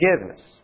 forgiveness